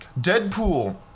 Deadpool